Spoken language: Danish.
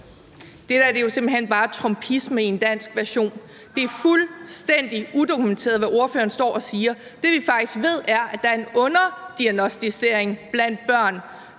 der er jo simpelt hen bare trumpisme i en dansk version. Det er fuldstændig udokumenteret, hvad ordføreren står og siger. Det, vi faktisk ved, er, at der er en underdiagnosticering blandt børn,